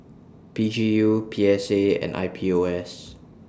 P G U P S A and I P O S